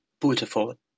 beautiful